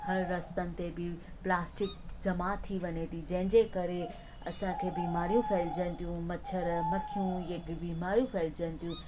हर रस्तनि ते बि प्लास्टिक जमा थी वञे थी जंहिंजे करे असांखे बीमारियूं फैलजनि थियूं मछर मखियूं ये हिकु बीमारियूं फैलजनि थियूं